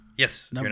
Yes